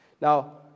Now